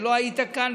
כשלא היית כאן,